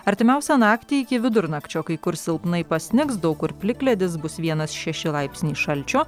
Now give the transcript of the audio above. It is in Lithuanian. artimiausią naktį iki vidurnakčio kai kur silpnai pasnigs daug kur plikledis bus vienas šeši laipsniai šalčio